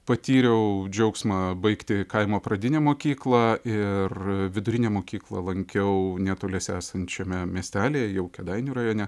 patyriau džiaugsmą baigti kaimo pradinę mokyklą ir vidurinę mokyklą lankiau netoliese esančiame miestelyje jau kėdainių rajone